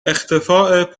اختفاء